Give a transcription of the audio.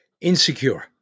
Insecure